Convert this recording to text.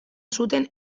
zuten